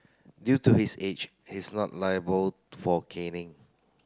due to his age he is not liable for caning